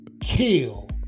kill